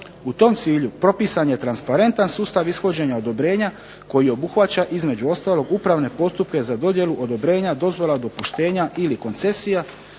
U tom cilju propisan je transparentan sustav ishođenja odobrenja koji obuhvaća između ostalog upravne postupke za dodjelu odobrenja, dozvola, dopuštenja ili koncesija,